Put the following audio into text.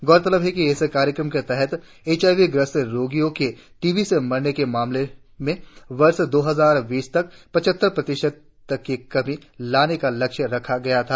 गौरतलब है कि इस कार्यक्रम के तहत एचआईवी ग्रस्त रोगियों के टीबी से मरने के मामलों में वर्ष दो हजार बीस तक पचहत्तर प्रतिशत तक की कमी लाने का लक्ष्य रखा गया था